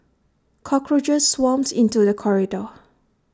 cockroaches swarmed into the corridor